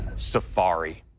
safari.